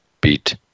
beat